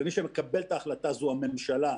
ומי שמקבל את ההחלטה זו הממשלה,